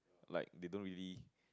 like they don't really